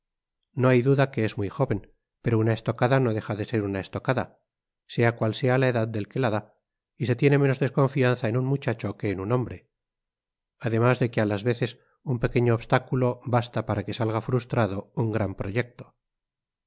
no hay duda que es muy jóven pero una estocada no deja de ser una estocada sea cual sea la edad del que la da y se tiene menos desconfianza en un muchacho que en un hombre además de que á las veces un pequeño obstáculo basta para que salga frustrado un gran proyecto